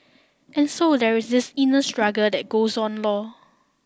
and so there is this inner struggle that goes on lor